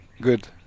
Good